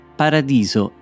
paradiso